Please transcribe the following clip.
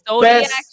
Best